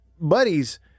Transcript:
buddies